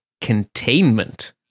Containment